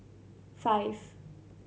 five